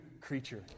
creature